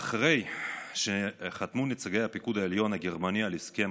אחרי שחתמו נציגי הפיקוד העליון הגרמני על הסכם